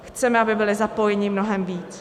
Chceme, aby byli zapojeni mnohem víc.